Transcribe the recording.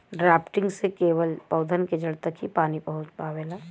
drafting से केवल पौधन के जड़ तक ही पानी पहुँच पावेला